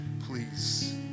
Please